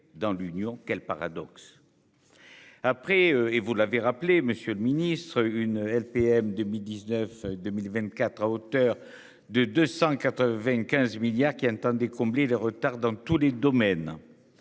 dans l'Union. Quel paradoxe. Après et vous l'avez rappelé. Monsieur le Ministre une LPM 2019 2024 à hauteur de 295 milliards qui entendaient combler les retards dans tous les domaines.